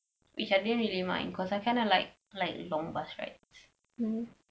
which I don't really mind cause I kinda like like long bus rides